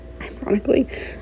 ironically